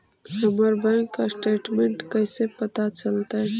हमर bank statement कैसे पता चलतै?